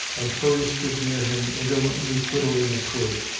and hurry stood near him indolently whittling a twig.